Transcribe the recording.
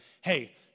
hey